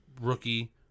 rookie